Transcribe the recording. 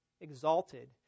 exalted